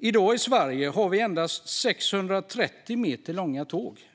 medan vi i dag endast har 630 meter långa tåg i Sverige.